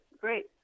great